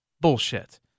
bullshit